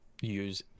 use